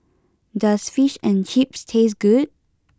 does Fish and Chips taste good